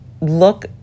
look